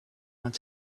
want